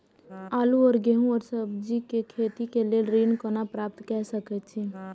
आलू और गेहूं और सब्जी के खेती के लेल ऋण कोना प्राप्त कय सकेत छी?